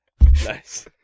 Nice